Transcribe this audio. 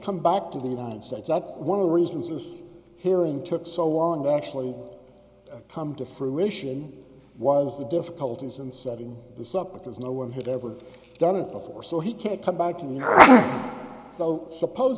come back to the united states one of the reasons this hearing took so long to actually come to fruition was the difficulties in setting this up because no one had ever done it before so he can't come back to